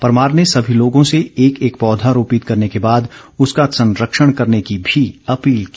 परमार ने सभी लोगों से एक एक पौधा रोपित करने के बाद उसका संरक्षण करने की भी अपील की